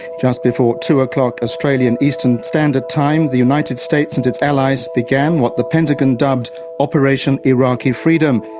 just before two o'clock australian eastern standard time the united states and its allies began what the pentagon dubbed operation iraqi freedom.